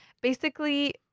Basically-